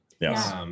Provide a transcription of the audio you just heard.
Yes